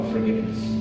forgiveness